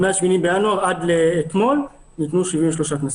מ-8 בינואר ועד לאתמול הוטלו 73 קנסות.